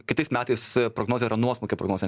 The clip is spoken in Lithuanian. kitais metais prognozė yra nuosmukio prognozė